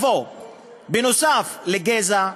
שנוסף על גזע,